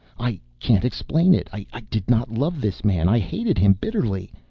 i can't explain it. i did not love this man i hated him bitterly.